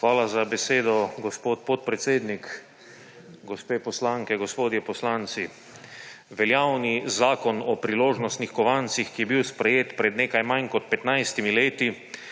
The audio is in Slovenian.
Hvala za besedo, gospod podpredsednik. Gospe poslanke, gospodje poslanci! Veljavni zakon o priložnostnih kovancih, ki je bil sprejet pred nekaj manj kot 15 leti,